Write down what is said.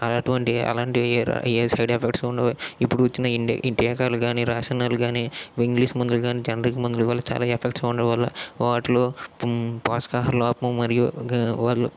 అటువంటి అలాంటి ఏ ఏ సైడ్ ఎఫెక్ట్స్ ఉండవు ఇప్పుడు వచ్చిన ఇంటి రకాలు కాని రేషనలు కాని ఇంగ్లీష్ మందులు కాని జనరిక్ మందులు వల్ల చాల ఎఫెక్ట్స్ ఉండడం వల్ల వాటిలో పోషకాహార లోపం మరియు